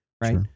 right